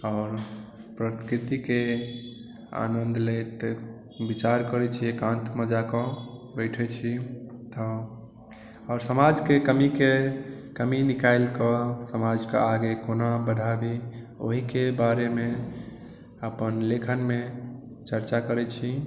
आओर प्रकृति के आनन्द लैत विचार करै छी एकान्त मे जाकए बैठे छी तँ आओर समाज के कमी के कमी निकालि कऽ समाज के आगे कोना बढ़ाबी ओहि के बारे मे अपन लेखन मे चर्चा करै छी